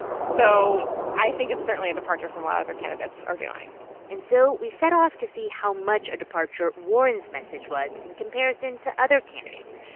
so i think it's certainly a departure from what other candidates are doing and so we set off to see how much a departure warren's message was in comparison to other candidates.